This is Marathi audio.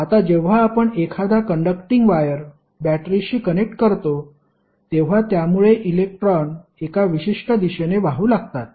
आता जेव्हा आपण एखादा कंडक्टिंग वायर बॅटरीशी कनेक्ट करतो तेव्हा त्यामुळे इलेक्ट्रॉन एका विशिष्ट दिशेने वाहू लागतात